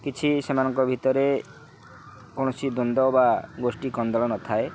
କିଛି ସେମାନଙ୍କ ଭିତରେ କୌଣସି ଦ୍ୱନ୍ଦ ବା ଗୋଷ୍ଠୀ କନ୍ଦଳ ନଥାଏ